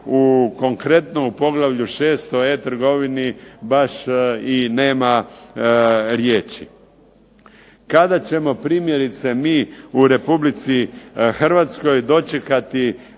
konkretno u poglavlju 6. o e-trgovini baš i nema riječi. Kada ćemo primjerice mi u Republici Hrvatskoj dočekati